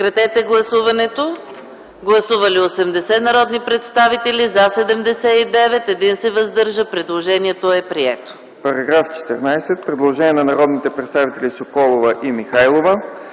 По § 21 има предложение на народните представители Соколова и Михайлова.